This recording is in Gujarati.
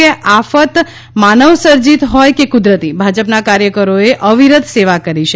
કે આફત માનવ સર્જાત હોય કે ક્રદરતી ભાજપનાં કાર્યક્રરોએ અવીરત સેવા કરી છે